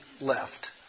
left